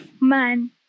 Man